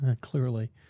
clearly